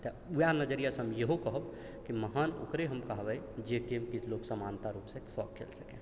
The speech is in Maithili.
तऽ वएह नजरियासँ हम इहो कहब कि महान ओकरे हम कहबै जेकि समानता रूपसे सभ खेल सके